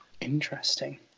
Interesting